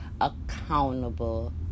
accountable